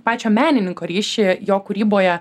pačio menininko ryšį jo kūryboje